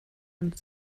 und